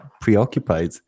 preoccupied